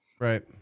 Right